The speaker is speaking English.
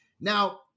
Now